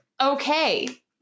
okay